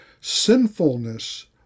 Sinfulness